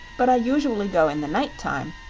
but i usually go in the night-time,